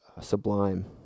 Sublime